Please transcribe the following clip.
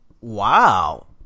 Wow